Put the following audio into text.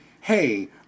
hey